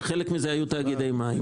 שחלק מזה היו תאגידי מים,